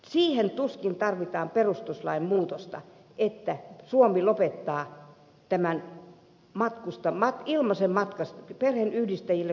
siihen tuskin tarvitaan perustuslain muutosta että suomi lopettaa ilmaiset matkat perheidenyhdistämisessä